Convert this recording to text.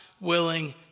willing